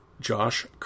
Josh